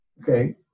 okay